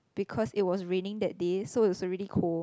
because it was raining that day so it was really cold